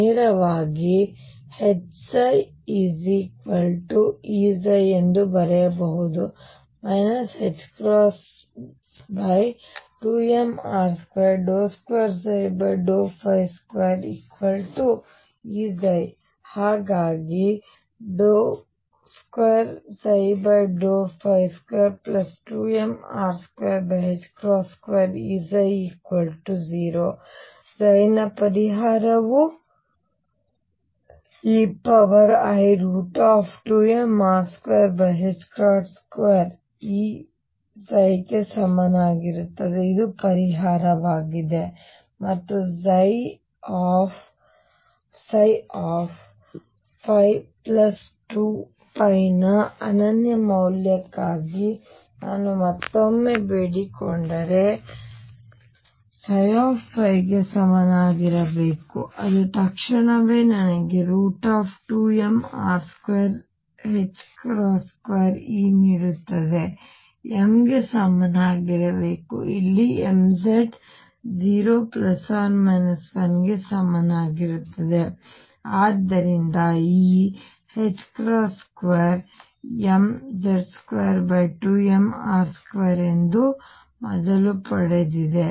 ನೇರವಾಗಿ HψEψ ಎಂದು ಬರೆಯಬಹುದು 2mR222Eψ ಹಾಗಾಗಿ 222mR22 Eψ0 ಆದ್ದರಿಂದψ ನ ಪರಿಹಾರವುei√2mR22E ಗೆ ಸಮನಾಗಿರುತ್ತದೆ ಇದು ಪರಿಹಾರವಾಗಿದೆ ಮತ್ತು ψϕ2π ನ ಅನನ್ಯ ಮೌಲ್ಯಕ್ಕಾಗಿ ನಾನು ಮತ್ತೊಮ್ಮೆ ಬೇಡಿಕೊಂಡರೆ ψϕ ಗೆ ಸಮನಾಗಿರಬೇಕು ಅದು ತಕ್ಷಣವೇ ನನಗೆ √2mR22E ನೀಡುತ್ತದೆ m ಗೆ ಸಮನಾಗಿರಬೇಕು ಅಲ್ಲಿ mz 0 1 ಗೆ ಸಮನಾಗಿರುತ್ತದೆ ಮತ್ತು ಆದ್ದರಿಂದ E 2mz22mR2 ಎಂದು ಮೊದಲು ಪಡೆಯಲಾಗಿದೆ